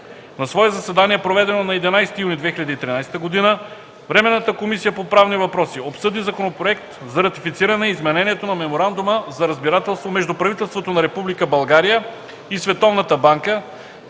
На свое заседание, проведено на 11 юни 2013 г., Временната комисия по правни въпроси обсъди Законопроект за ратифициране Изменението на Меморандума за разбирателство между правителството на Република България и Световната банка